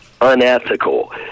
unethical